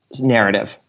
narrative